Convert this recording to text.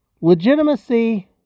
legitimacy